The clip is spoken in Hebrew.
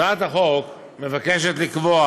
הצעת החוק מבקשת לקבוע